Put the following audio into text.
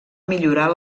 millorar